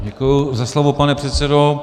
Děkuji za slovo, pane předsedo.